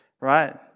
right